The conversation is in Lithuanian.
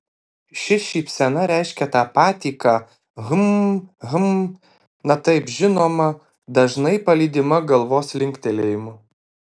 ši šypsena reiškia tą patį ką hm hm na taip žinoma dažnai palydima galvos linktelėjimu